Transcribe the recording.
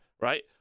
right